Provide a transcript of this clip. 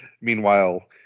meanwhile